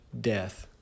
death